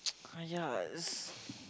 !aiya! it's